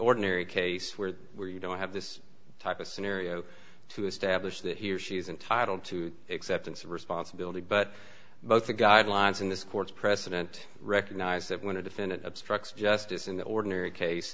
ordinary case where where you don't have this type of scenario to establish that he or she is entitled to acceptance of responsibility but both the guidelines in this court's precedent recognize that when a defendant obstruct justice in the ordinary case